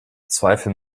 zweifel